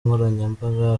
nkoranyambaga